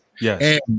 yes